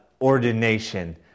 ordination